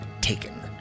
taken